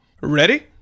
Ready